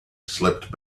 slipped